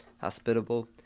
hospitable